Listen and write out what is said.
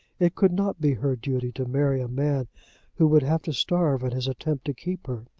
it could not be her duty to marry a man who would have to starve in his attempt to keep her.